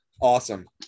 Awesome